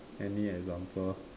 any example